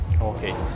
Okay